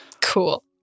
Cool